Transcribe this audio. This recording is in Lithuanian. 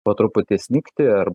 po truputį snigti ar